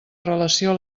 relació